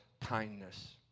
kindness